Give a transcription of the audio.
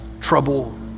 trouble